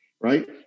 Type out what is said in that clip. right